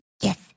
Yes